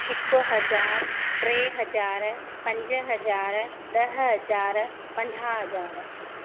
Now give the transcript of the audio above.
हिकु हज़ार टे हज़ार पंज हज़ार ॾह हज़ार पंजाहु हज़ार